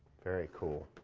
very cool.